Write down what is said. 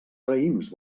raïms